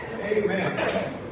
Amen